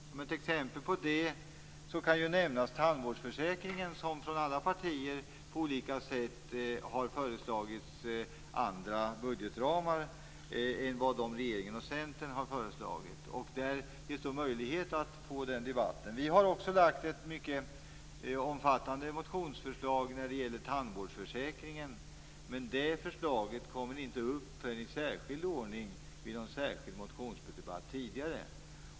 Som ett exempel på det kan nämnas tandvårdsförsäkringen, där det från alla partier har föreslagits andra budgetramar än de regeringen och Centern har föreslagit. Där är det stor möjlighet att få en sådan debatt. Vi har också lagt fram ett mycket omfattande motionsförslag om tandvårdsförsäkringen, men det förslaget kom upp i särskild ordning vid en särskild debatt tidigare.